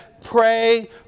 pray